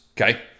okay